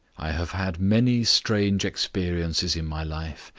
i have had many strange experiences in my life,